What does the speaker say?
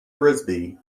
frisbee